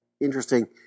interesting